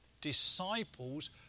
Disciples